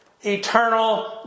Eternal